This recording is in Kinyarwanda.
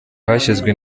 hashyizwe